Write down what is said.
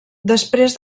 després